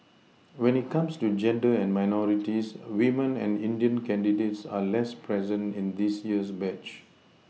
when it comes to gender and minorities women and indian candidates are less present in this year's batch